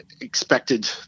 expected